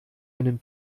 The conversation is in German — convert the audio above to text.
einen